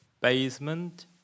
basement